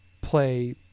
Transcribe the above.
play